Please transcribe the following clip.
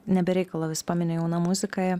ne be reikalo vis pamini jauna muzika